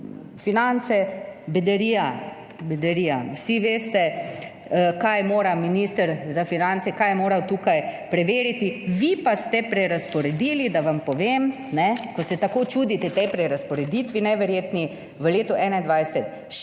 Bedarija, bedarija. Vsi veste kaj mora minister za finance, kaj je moral tukaj preveriti, vi pa ste prerazporedili, da vam povem, ko se tako čudite tej prerazporeditvi, neverjetni, v letu 2021,